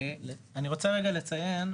אני רוצה לציין,